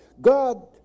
God